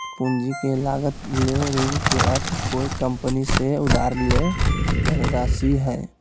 पूंजी के लागत ले ऋण के अर्थ कोय कंपनी से उधार लेल धनराशि हइ